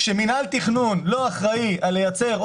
כשמינהל התכנון לא אחראי על להגיע ליעד של